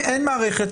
המינימום,